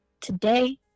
today